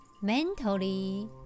mentally